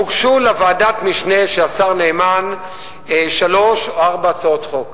הוגשו לוועדת משנה של השר נאמן שלוש או ארבע הצעות חוק.